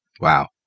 Wow